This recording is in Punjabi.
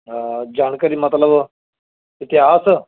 ਹਾਂ ਜਾਣਕਾਰੀ ਮਤਲਬ ਇਤਿਹਾਸ